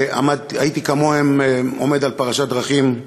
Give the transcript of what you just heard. הייתי כמוהם, עומד על פרשת דרכים,